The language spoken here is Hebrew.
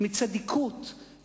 מצדיקות,